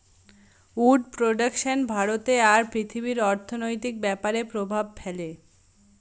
would production ভারতে আর পৃথিবীর অর্থনৈতিক ব্যাপরে প্রভাব ফেলে